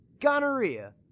gonorrhea